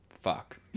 fuck